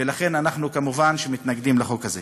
ולכן אנחנו כמובן מתנגדים לחוק הזה.